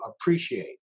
appreciate